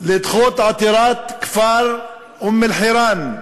לדחות עתירת כפר אום-אלחיראן,